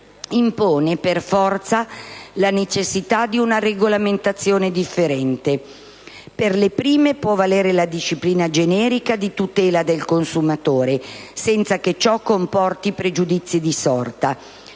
impone per forza di cose la necessità di una regolamentazione differente. Per le prime può valere la disciplina generica di tutela del consumatore, senza che ciò comporti pregiudizi di sorta;